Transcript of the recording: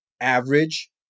average